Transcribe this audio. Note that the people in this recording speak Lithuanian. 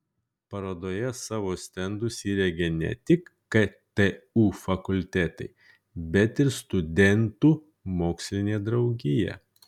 parodoje savo stendus įrengė ne tik ktu fakultetai bet ir studentų mokslinė draugija